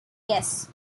guests